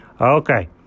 Okay